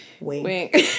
wink